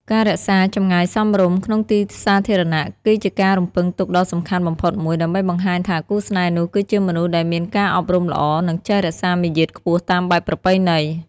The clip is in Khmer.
ការរក្សា "ចម្ងាយសមរម្យ" ក្នុងទីសាធារណៈ គឺជាការរំពឹងទុកដ៏សំខាន់បំផុតមួយ ដើម្បីបង្ហាញថាគូស្នេហ៍នោះគឺជាមនុស្សដែលមានការអប់រំល្អ និងចេះរក្សាមារយាទខ្ពស់តាមបែបប្រពៃណី។